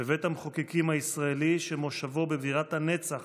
בבית המחוקקים הישראלי, שמושבו בבירת הנצח